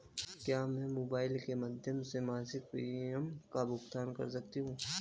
क्या मैं मोबाइल के माध्यम से मासिक प्रिमियम का भुगतान कर सकती हूँ?